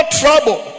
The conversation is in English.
trouble